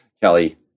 Kelly